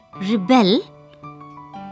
rebel